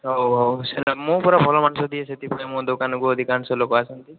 ହଉ ହଉ ସେଇଟା ମୁଁ ପରା ଭଲ ମାଂସ ଦିଏ ସେଥିପାଇଁ ମୋ ଦୋକାନକୁ ଅଧିକାଂଶ ଲୋକ ଆସନ୍ତି